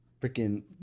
Freaking